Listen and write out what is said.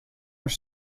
are